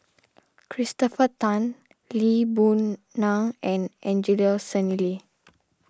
Christopher Tan Lee Boon Ngan and Angelo Sanelli